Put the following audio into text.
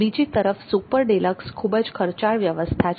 બીજી તરફ super deluxe ખૂબ જ ખર્ચાળ વ્યવસ્થા છે